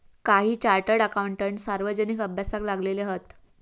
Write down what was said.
काही chartered accountant सार्वजनिक अभ्यासाक लागले हत